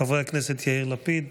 חבר הכנסת יאיר לפיד,